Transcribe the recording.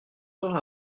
heures